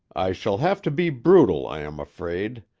i shall have to be brutal, i am afraid.